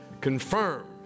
confirm